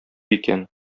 икән